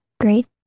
great